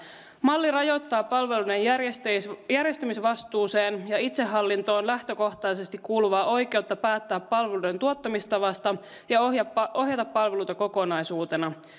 malli rajoittaa palvelujen järjestämisvastuuseen ja itsehallintoon lähtökohtaisesti kuuluvaa oikeutta päättää palveluiden tuottamistavasta ja ohjata palveluita kokonaisuutena